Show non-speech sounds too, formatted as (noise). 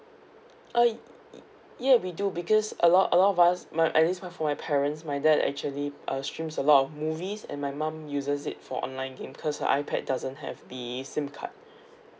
uh ya we do because a lot a lot of us my at least now for my parents my dad actually uh streams a lot of movies and my mom uses it for online thing because her iPad doesn't have the SIM card (breath)